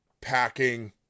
packing